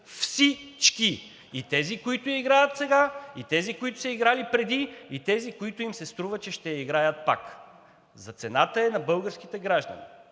Всички! И тези, които я играят сега, и тези, които са я играли преди, и тези, които им се струва, че ще я играят пак,а цената е за българските граждани.